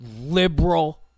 liberal